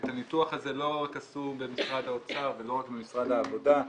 את הניתוח הזה לא עשו רק במשרד האוצר ולא רק במשרד העבודה,